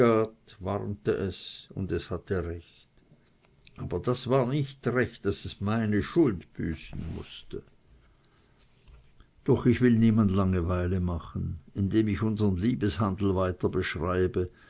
warnte es und es hatte recht aber das war nicht recht daß es meine schuld büßen mußte doch ich will niemand langeweile machen indem ich unsern liebeshandel weiter beschreibe